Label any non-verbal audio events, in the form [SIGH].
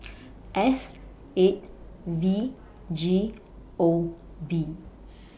[NOISE] S eight V G O B